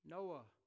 Noah